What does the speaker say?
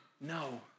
No